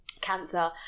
cancer